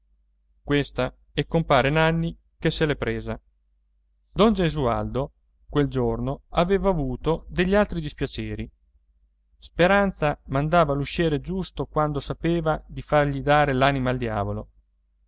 questa è compare nanni che se l'è presa don gesualdo quel giorno aveva avuto degli altri dispiaceri speranza mandava l'usciere giusto quando sapeva di fargli dare l'anima al diavolo